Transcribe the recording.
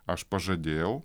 aš pažadėjau